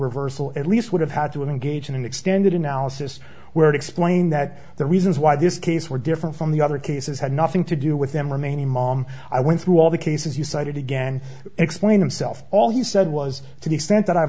reversal at least would have had to engage in an extended analysis where it explained that the reasons why this case were different from the other cases had nothing to do with them remaining mom i went through all the cases you cited again explain himself all he said was to the extent that i